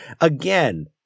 again